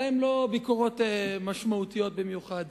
אולי הן לא ביקורות משמעותיות במיוחד.